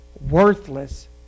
worthless